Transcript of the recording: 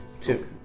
Two